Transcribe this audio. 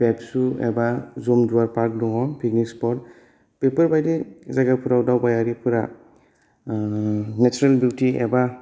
फेबसु एबा जमदुयार फार्क दं फिकनिग सपत बेफोरबायदि जायगाफोराव दावबायारिफ्रा नेसारेल बिउथि एबा